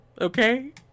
Okay